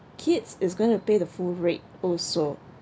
kids is going to pay the full rate also